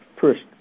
first